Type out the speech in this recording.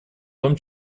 том